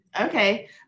okay